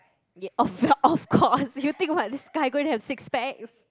ya oh well of course you think what this guy going to have six packs